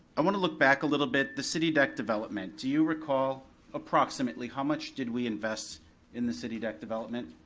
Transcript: i wanna look back a little bit, the city deck development. do you recall approximately how much did we invest in the city deck development?